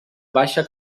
baixa